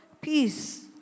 peace